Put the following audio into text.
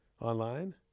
online